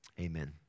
Amen